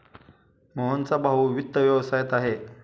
मोहनचा भाऊ वित्त व्यवसायात आहे